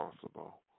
possible